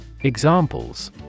Examples